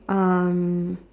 um